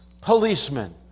policemen